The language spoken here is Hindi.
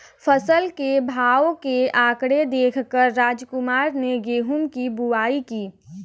फसल के भाव के आंकड़े देख कर रामकुमार ने गेहूं की बुवाई की